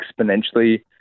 exponentially